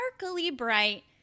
sparkly-bright